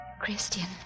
Christian